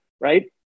right